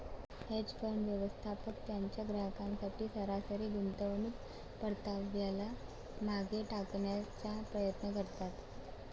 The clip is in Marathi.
हेज फंड, व्यवस्थापक त्यांच्या ग्राहकांसाठी सरासरी गुंतवणूक परताव्याला मागे टाकण्याचा प्रयत्न करतात